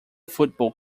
football